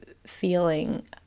feeling